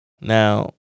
Now